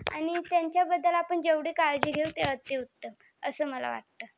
आणि त्यांच्याबद्दल आपण जेवढी काळजी घेऊ ते अतिउत्तम असं मला वाटतं